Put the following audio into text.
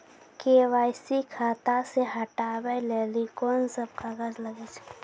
KYC खाता से हटाबै लेली कोंन सब कागज लगे छै?